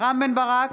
רם בן ברק,